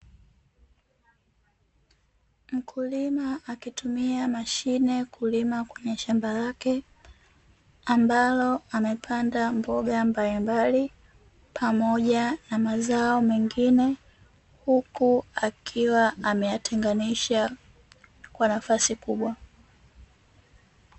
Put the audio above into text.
Mkulima akitumia mashine kulima kwenye shamba lake, ambalo amepanda mboga mbalimbali, pamoja na mazao mengine, huku akiwa ameyatenganisha kwa nafasi kubwa.